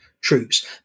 troops